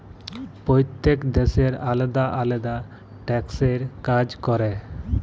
প্যইত্তেক দ্যাশের আলেদা আলেদা ট্যাক্সের কাজ ক্যরে